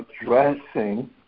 addressing